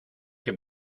que